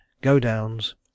go-downs